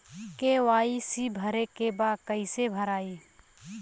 KYC भरे के बा कइसे भराई?